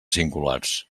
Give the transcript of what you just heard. singulars